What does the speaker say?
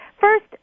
First